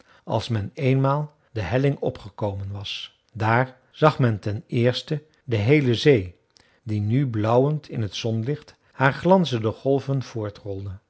als men eenmaal de helling op gekomen was daar zag men ten eerste de heele zee die nu blauwend in t zonlicht haar glanzende golven